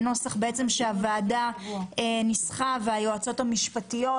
נוסח שניסחו הוועדה והיועצות המשפטיות,